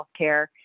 healthcare